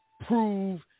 prove